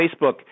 Facebook